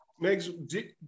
Megs